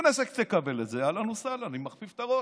הכנסת תקבל את זה, אהלן וסהלן, אני מכפיף את הראש.